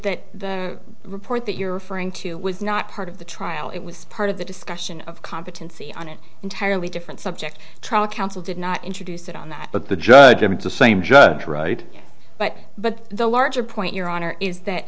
that the report that you're referring to was not part of the trial it was part of the discussion of competency on an entirely different subject trial counsel did not introduce it on that but the judge having to same judge right but but the larger point your honor is that